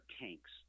tanks